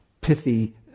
pithy